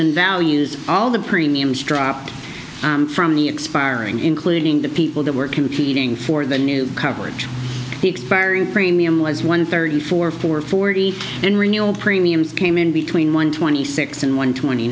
in values all the premiums dropped from the expiring including the people that were competing for the new coverage expiring premium was one thirty four for forty and renewal premiums came in between one twenty six and one twenty